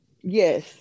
Yes